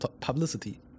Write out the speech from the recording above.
publicity